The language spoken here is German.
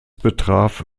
betraf